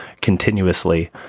continuously